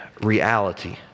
reality